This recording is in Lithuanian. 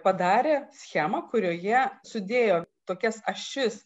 padarė schemą kurioje sudėjo tokias ašis